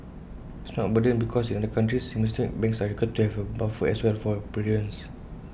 it's not A burden because in other countries systemic banks are required to have A buffer as well for prudence